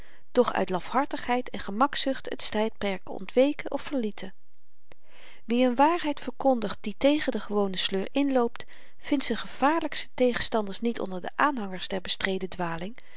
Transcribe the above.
doch uit lafhartigheid en gemakzucht het strydperk ontweken of verlieten wie n waarheid verkondigt die tegen den gewonen sleur inloopt vindt z'n gevaarlykste tegenstanders niet onder de aanhangers der bestreden dwaling